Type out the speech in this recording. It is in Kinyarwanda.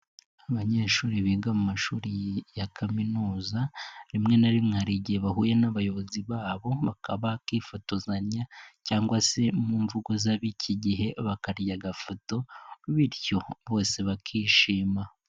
Abanyeshuri biga mu mashuri ya kaminuza, rimwe na rimwe ari igihe bahuye n'abayobozi babo bakaba bakifotozanya cyangwa se mu mvugo z'ab'iki gihe bakarya agafoto, bityo bose bakishima.